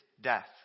death